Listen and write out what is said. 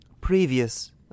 previous